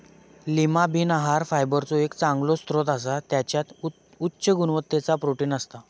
Lima bean आहार फायबरचो एक चांगलो स्त्रोत असा त्याच्यात उच्च गुणवत्तेचा प्रोटीन असता